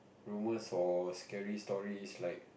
rumors for scary stories is like